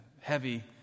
heavy